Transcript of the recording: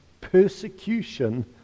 persecution